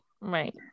right